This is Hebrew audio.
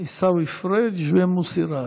עיסאווי פריג' ומוסי רז.